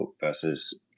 versus